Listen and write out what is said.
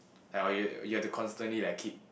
yeah you you have to constantly like keep